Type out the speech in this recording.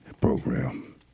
program